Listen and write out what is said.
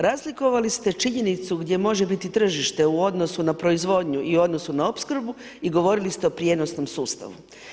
Razlikovali ste činjenicu gdje može biti tržište u odnosu na proizvodnju i u odnosu na opskrbu i govorili ste o prijenosnom sustavu.